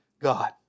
God